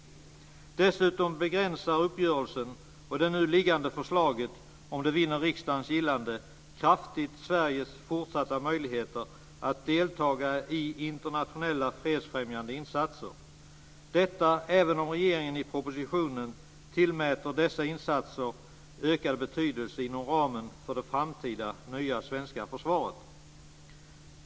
Dessutom begränsar uppgörelsen och det nu liggande förslaget, om det vinner riksdagens gillande, kraftigt Sveriges fortsatta möjligheter att delta i internationella fredsfrämjande insatser, detta även om regeringen i propositionen tillmäter dessa insatser ökad betydelse inom ramen för det framtida nya svenska försvaret.